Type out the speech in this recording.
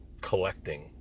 collecting